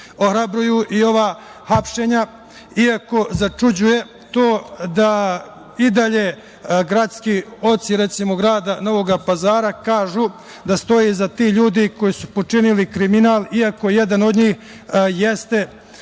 nisu. Ohrabruju i ova hapšenja, iako začuđuje to da i dalje gradski oci, recimo grada Novog Pazara, kažu da stoje iza tih ljudi koji su počinili kriminal, iako jedan od njih jeste priznao